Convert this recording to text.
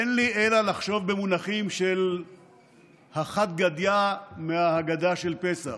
אין לי אלא לחשוב במונחים של החד-גדיא מההגדה של פסח: